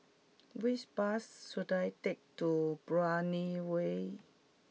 which bus should I take to Brani Way